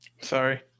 Sorry